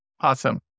Awesome